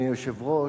היושב-ראש,